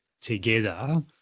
together